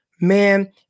Man